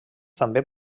també